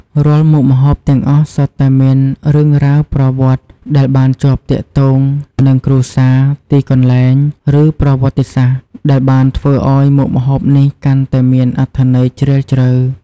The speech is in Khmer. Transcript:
រាល់មុខម្ហូបទាំងអស់សុទ្ធតែមាន រឿងរ៉ាវប្រវត្តិ ដែលបានជាប់ទាក់ទងនឹងគ្រួសារ ទីកន្លែង ឬប្រវត្តិសាស្ត្រ ដែលបានធ្វើឱ្យមុខម្ហូបនោះកាន់តែមានអត្ថន័យជ្រាលជ្រៅ។